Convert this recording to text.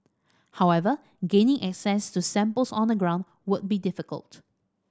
however gaining access to samples on the ground would be difficult